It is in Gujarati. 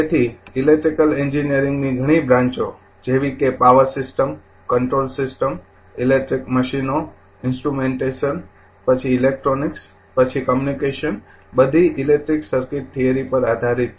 તેથી ઇલેક્ટ્રિકલ એન્જિનિયરિંગની ઘણી બ્રાંચો જેવી કે power system control system electric મશીનો ઇન્સ્ટ્રુમેન્ટેશનઇલેક્ટ્રોનિક્સ કમ્યુનિકેશન બધી ઇલેક્ટ્રિક સર્કિટ થિયરી પર આધારિત છે